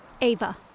Ava